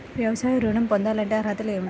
వ్యవసాయ ఋణం పొందాలంటే అర్హతలు ఏమిటి?